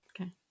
okay